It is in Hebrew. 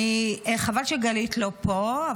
חבל שגלית לא פה.